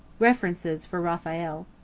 references for raphael.